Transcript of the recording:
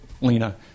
Lena